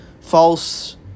false